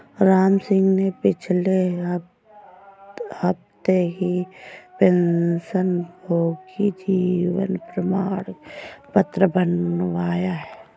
रामसिंह ने पिछले हफ्ते ही पेंशनभोगी जीवन प्रमाण पत्र बनवाया है